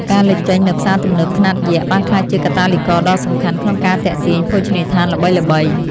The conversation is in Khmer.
ការលេចចេញនូវផ្សារទំនើបខ្នាតយក្សបានក្លាយជាកាតាលីករដ៏សំខាន់ក្នុងការទាក់ទាញភោជនីយដ្ឋានល្បីៗ។